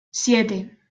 siete